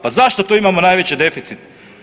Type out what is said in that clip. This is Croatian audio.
Pa zašto tu imamo najveći deficit?